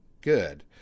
good